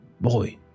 boy